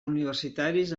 universitaris